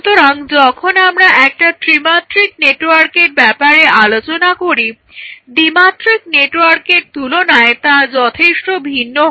সুতরাং যখন আমরা একটা ত্রিমাত্রিক নেটওয়ার্কের ব্যাপারে আলোচনা করি দ্বিমাত্রিক নেটওয়ার্কের তুলনায় তা যথেষ্ট ভিন্ন হয়